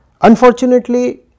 Unfortunately